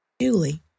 Julie